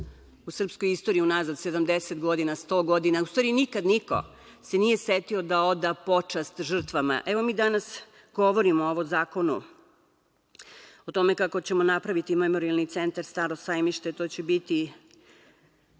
u sprskoj istoriji, unazad 70 godina, 100 godina, u stvari nikada niko se nije setio da oda počast žrtvama. Evo, mi danas govorimo o ovom zakonu, o tome kako ćemo napraviti Memorijalni centar „Staro sajmište“. To će biti